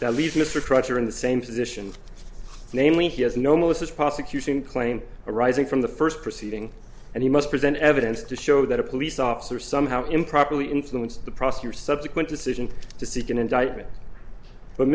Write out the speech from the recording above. that leaves mr trotter in the same position namely he has no malicious prosecution claim arising from the first proceeding and he must present evidence to show that a police officer somehow improperly influenced the prosecutor's subsequent decision to seek an indictment but